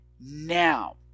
now